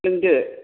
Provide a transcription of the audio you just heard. लोंदो